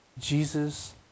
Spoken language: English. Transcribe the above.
Jesus